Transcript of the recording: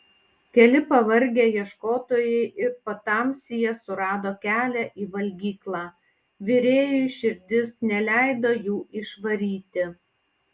keli pavargę ieškotojai ir patamsyje surado kelią į valgyklą virėjui širdis neleido jų išvaryti